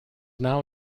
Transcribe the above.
now